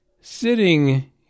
sitting